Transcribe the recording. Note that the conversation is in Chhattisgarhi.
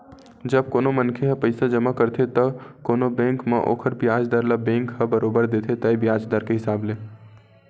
जब कोनो मनखे ह पइसा जमा करथे त कोनो बेंक म ओखर बियाज दर ल बेंक ह बरोबर देथे तय बियाज दर के हिसाब ले